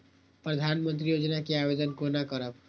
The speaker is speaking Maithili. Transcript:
प्रधानमंत्री योजना के आवेदन कोना करब?